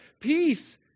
peace